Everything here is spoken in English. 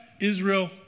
Israel